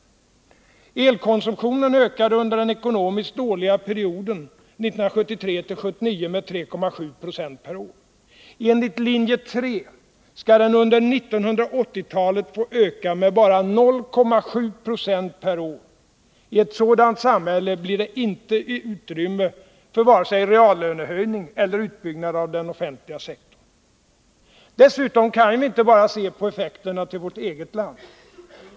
Elkonsumtionen ökade under den ekonomiskt dåliga perioden 1973-1979 med 3,7 20 per år. Enligt linje 3 skall den under 1980-talet få öka med bara 0,7 70 per år. I ett sådant samhälle blir det inget utrymme för vare sig reallönehöjningar eller utbyggnad av den offentliga sektorn. Dessutom kan vi ju inte bara se på effekterna i vårt eget land.